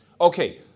Okay